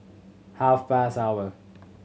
half past hour